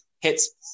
hits